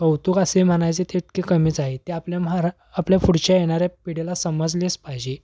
कौतुक असे म्हणायचे ते इतके कमीच आहे ते आपल्या माहारा आपल्या पुढच्या येणाऱ्या पिढीला समजलेच पाहिजे